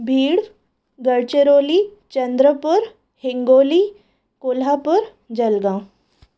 Beed Gadchiroli Chandrapur Hingoli Kolhapur Jalgaon